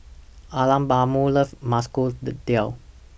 Alabama loves Masoor Dal